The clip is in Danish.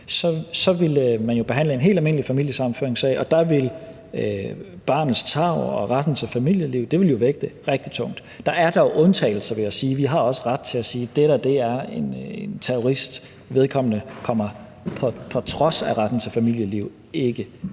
så ville man jo behandle en helt almindelig familiesammenføringssag, og der ville barnets tarv og retten til familieliv jo vægte rigtig tungt. Der er dog undtagelser, vil jeg sige: Vi har også ret til at sige, at det der er en terrorist, og at vedkommende på trods af retten til familieliv ikke